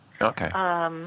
Okay